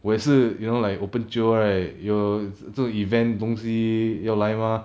我也是 you know like open jio right 有做 event 东西要来吗